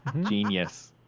Genius